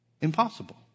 Impossible